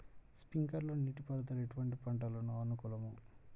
Sprinkler నీటిపారుదల ఎటువంటి పంటలకు అనుకూలము?